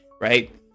right